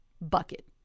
bucket